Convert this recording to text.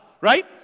right